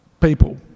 people